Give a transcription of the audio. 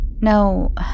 No